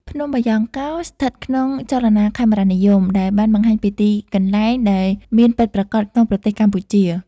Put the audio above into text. រឿងភ្នំបាយ៉ង់កោ ស្ថិតក្នុងចលនាខេមរនិយម ដែលបានបង្ហាញពីទីកន្លែងដែលមានពិតប្រាកដក្នុងប្រទេសកម្ពុជា។